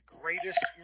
greatest